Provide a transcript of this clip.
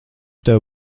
tev